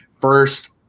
first